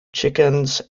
chickens